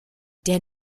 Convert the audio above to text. der